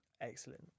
Excellent